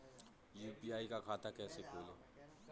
UPI का खाता कैसे खोलें?